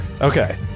Okay